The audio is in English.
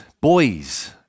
boys